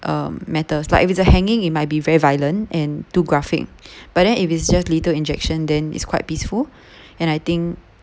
um matters like if it's a hanging in might be very violent and too graphic but then if it's just lethal injection then is quite peaceful and I think